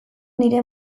nire